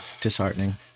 disheartening